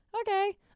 Okay